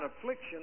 affliction